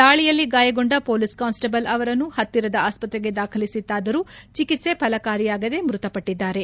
ದಾಳಿಯಲ್ಲಿ ಗಾಯಗೊಂಡ police constable ಅವರನ್ನು ಹತ್ತಿರದ ಆಸ್ಪತ್ರೆಗೆ ದಾಖಲಿಸಿತ್ತಾದರೂ ಚಿಕಿತ್ಸೆ ಫಲಕಾರಿಯಾಗದೆ ಮೃತಪಟ್ಟಿದ್ದಾರೆ